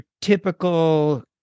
typical